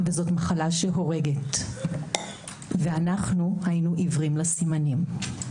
וזו מחלה שהורגת ואנחנו היינו עיוורים לסימנים.